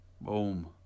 Boom